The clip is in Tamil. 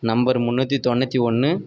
நம்பர் முந்நூற்றி தொண்ணூற்றி ஒன்று